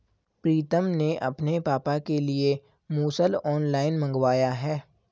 प्रितम ने अपने पापा के लिए मुसल ऑनलाइन मंगवाया है